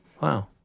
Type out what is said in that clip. Wow